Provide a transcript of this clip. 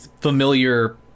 familiar